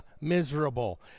miserable